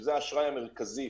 שזה האשראי המרכזי,